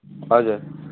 हजुर